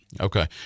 Okay